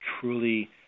truly